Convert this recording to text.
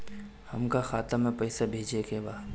हमका खाता में पइसा भेजे के बा